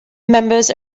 members